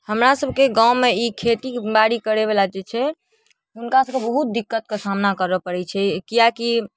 हमरा सबके गाँवमे ई खेती बाड़ी करैवला जे छै हुनका सबके बहुत दिक्कतके सामना करऽ पड़ै छै किएक कि